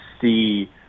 see